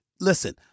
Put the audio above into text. listen